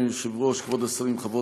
ברשות יושב-ראש הישיבה,